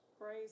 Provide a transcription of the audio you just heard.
Praise